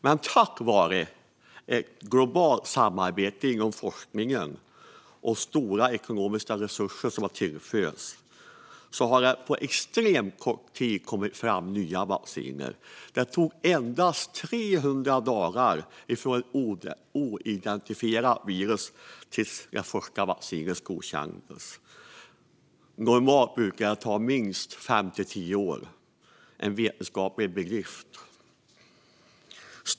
Men tack vare ett globalt samarbete inom forskningen och att stora ekonomiska resurser tillförts har man på extremt kort tid tagit fram nya vacciner. Det tog endast 300 dagar från att det okända viruset identifierades till att det första vaccinet godkändes. Normalt tar det fem till tio år. Det är en vetenskaplig bedrift.